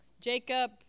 Jacob